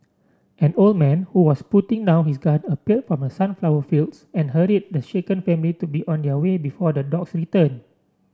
an old man who was putting down his gun appeared from the sunflower fields and hurried the shaken family to be on their way before the dogs return